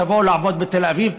תבואו לעבוד בתל אביב.